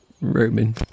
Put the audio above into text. Roman